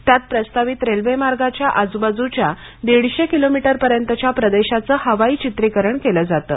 त्यात प्रस्तावित रेल्वे मार्गाच्या आजूबाजूच्या दीडशे किलोमीटरपर्यंतच्या प्रदेशाचे हवाई चित्रिकरण केले जाते